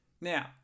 Now